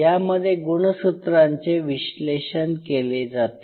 यामध्ये गुणसूत्रांचे विश्लेषण केले जाते